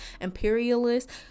imperialists